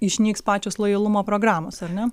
išnyks pačios lojalumo programos ar ne